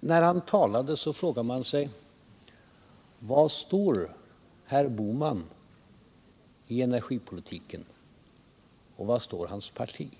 när han talar frågar man sig: Var står herr Bohman i energipolitiken, och var står hans parti?